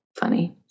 funny